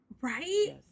Right